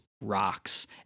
rocks